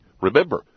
Remember